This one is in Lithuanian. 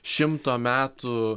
šimto metų